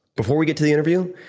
before we get to the interview,